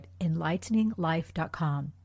enlighteninglife.com